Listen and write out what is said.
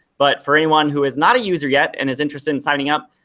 but for anyone who is not a user yet and is interested in signing up,